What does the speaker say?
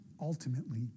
ultimately